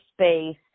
Space